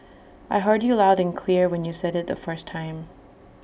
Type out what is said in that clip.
I heard you loud and clear when you said IT the first time